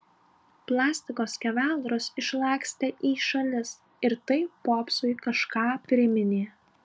plastiko skeveldros išlakstė į šalis ir tai popsui kažką priminė